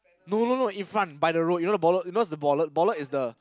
no no no in front by the road you know the bollard you know what's the bollard bollard is the